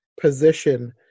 position